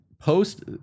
Post